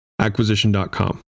Acquisition.com